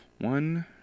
One